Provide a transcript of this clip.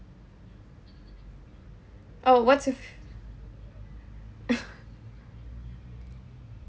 oh what if